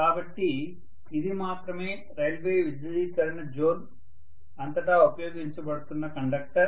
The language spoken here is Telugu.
కాబట్టి ఇది మాత్రమే రైల్వే విద్యుదీకరణ జోన్ అంతటా ఉపయోగించబడుతున్న కండక్టర్